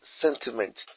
sentiment